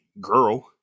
girl